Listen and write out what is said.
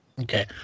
Okay